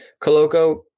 Coloco